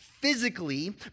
physically